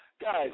guys